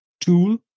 tool